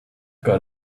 got